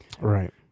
Right